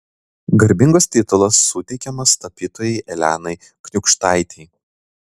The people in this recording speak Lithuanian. garbingas titulas suteikiamas tapytojai elenai kniūkštaitei